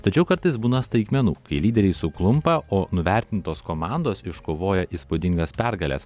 tačiau kartais būna staigmenų kai lyderiai suklumpa o nuvertintos komandos iškovoja įspūdingas pergales